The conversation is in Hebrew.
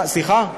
סליחה?